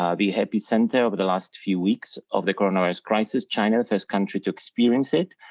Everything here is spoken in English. um the epicenter over the last few weeks of the corona virus crisis, china, the first country to experience it.